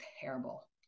terrible